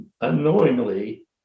unknowingly